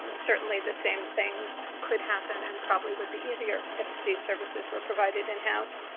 um certainly, the same thing could happen and probably would be easier if these services were provided in-house.